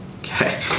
Okay